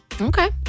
Okay